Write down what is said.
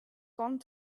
gone